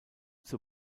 zur